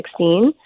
2016